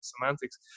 semantics